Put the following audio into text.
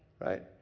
right